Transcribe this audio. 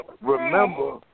remember